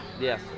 Yes